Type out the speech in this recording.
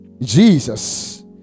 Jesus